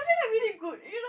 I feel like we did good you know